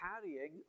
carrying